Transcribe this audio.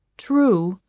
true,